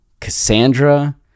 Cassandra